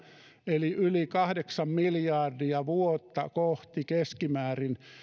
keskimäärin yli kahdeksan miljardia vuotta kohti